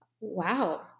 wow